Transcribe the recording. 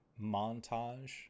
montage